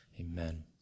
amen